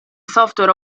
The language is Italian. software